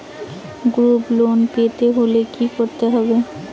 Group loan পেতে হলে কি করতে হবে?